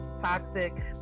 Toxic